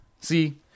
See